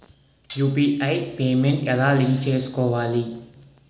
UPI payment ఎలా link చేసుకోవాలి?